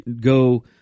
go